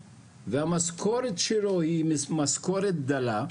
והמשכורת שלו היא משכורת דלה,